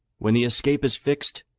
when the escape is fixed,